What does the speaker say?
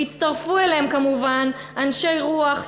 והצטרפו אליהם כמובן אנשי רוח,